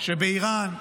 שבאיראן,